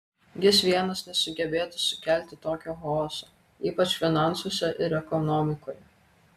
jis vienas nesugebėtų sukelti tokio chaoso ypač finansuose ir ekonomikoje